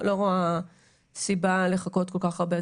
לא רואה סיבה לחכות כל כך הרבה,